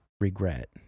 regret